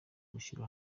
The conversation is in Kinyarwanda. gushyira